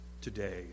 today